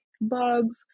bugs